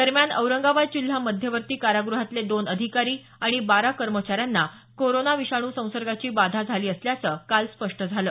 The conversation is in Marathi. दरम्यान औरंगाबाद जिल्हा मध्यवर्ती काराग्रहातले दोन अधिकारी आणि बारा कर्मचाऱ्यांना कोरोना विषाणू संसर्गाची बाधा झाली असल्याचं काल स्पष्ट झालं